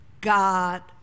God